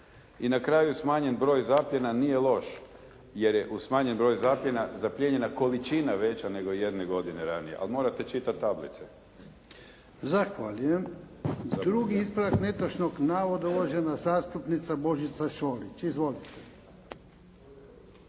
I na kraju smanjen broj zapljena nije loš jer je, jer je uz smanjen broj zapljena zaplijenjena količina veća nego ijedne godine ranije. Ali morate čitati tablice. **Jarnjak, Ivan (HDZ)** Zahvaljujem. Drugi ispravak netočnog navoda uvažena zastupnica Božica Šolić. Izvolite.